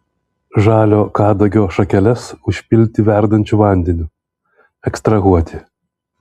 žalio kadagio šakeles užpilti verdančiu vandeniu ekstrahuoti